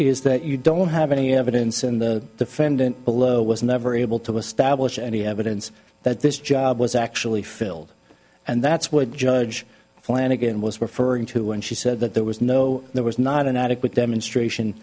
is that you don't have any evidence in the defendant below was never able to establish any evidence that this job was actually filled and that's what judge flanagan was referring to when she said that there was no there was not an adequate demonstration